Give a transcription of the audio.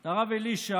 את הרב אלישע